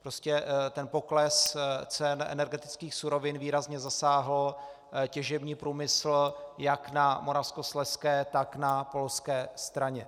Prostě pokles cen energetických surovin výrazně zasáhl těžební průmysl jak na moravskoslezské, tak na polské straně.